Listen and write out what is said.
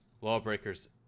Lawbreakers